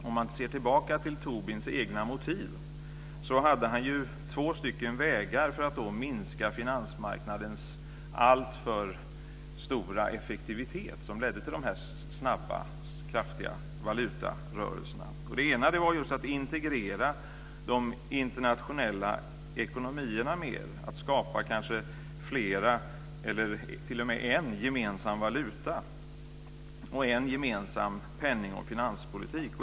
Om man ser tillbaka till Tobins egna motiv så ser man att han hade två vägar för att minska finansmarknadens alltför stora effektivitet, som ledde till de här snabba, kraftiga valutarörelserna. Den ena vägen var att integrera de internationella ekonomierna mer och att kanske skapa flera gemensamma eller t.o.m. en gemensam valuta och en gemensam penning och finanspolitik.